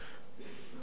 הסבל הזה